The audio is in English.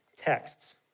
texts